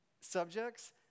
subjects